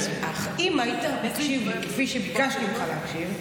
אם אך היית מקשיב כפי שביקשתי ממך להקשיב,